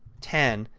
ten.